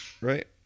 right